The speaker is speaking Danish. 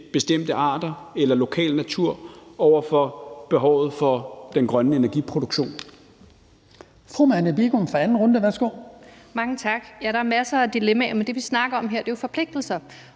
bestemte arter eller lokal natur og på den anden side behovet for den grønne energiproduktion.